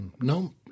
no